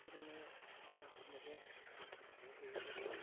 ओरैनो हाजिराफोरनोबो साहाफोरखौनो होयो जों दा